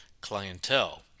clientele